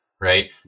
Right